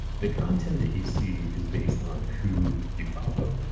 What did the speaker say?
the content that you see is based on who you follow.